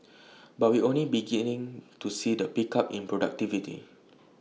but we only beginning to see the pickup in productivity